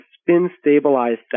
spin-stabilized